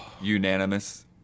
unanimous